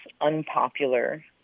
unpopular